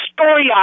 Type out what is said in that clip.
story